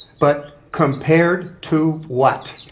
but compared to what?